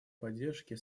поддержке